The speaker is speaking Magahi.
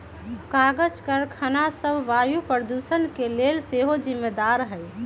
कागज करखना सभ वायु प्रदूषण के लेल सेहो जिम्मेदार हइ